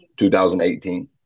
2018